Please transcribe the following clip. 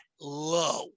low